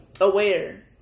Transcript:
aware